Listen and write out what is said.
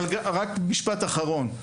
משפט אחרון.